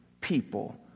people